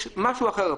יש משהו אחר.